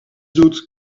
doet